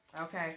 okay